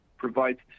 provides